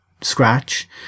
scratch